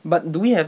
but do we have